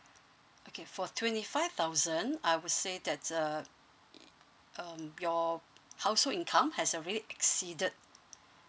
okay for twenty five thousand I would say that's uh um your household income has already exceeded